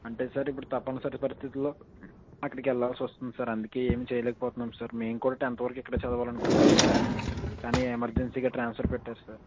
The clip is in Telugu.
అంటే సార్ ఇప్పుడు తప్పనిసరి పరిస్థితులలో అక్కడికి వెళ్ళాల్సి వస్తుంది సార్ అందుకని ఏమి చేయలేక పోతున్నాం సార్ మేము కూడా టెన్త్ వరకు ఇక్కడ చదవాలి అనుకున్నాం సార్ కానీ ఎమర్జెన్సీగా ట్రాన్స్ఫర్ పెట్టారు సార్